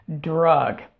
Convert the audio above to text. drug